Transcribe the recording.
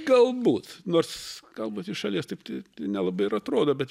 galbūt nors galbūt iš šalies taip tai nelabai ir atrodo bet